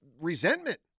resentment